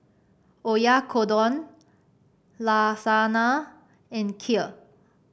Oyakodon Lasagna and Kheer